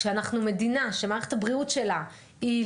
כשאנחנו מדינה שמערכת הבריאות שלה אמורה להיות